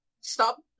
Stop